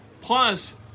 plus